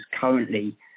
currently